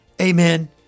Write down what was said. Amen